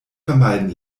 vermeiden